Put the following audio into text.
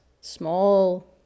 small